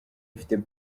mfite